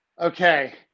okay